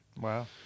Wow